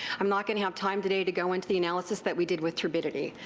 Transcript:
um not going to have time today to go into the analysis that we did with turbidity,